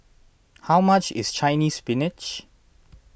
how much is Chinese Spinach